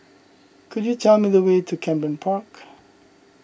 could you tell me the way to Camden Park